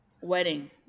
wedding